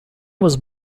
was